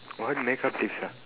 what makeup tips ah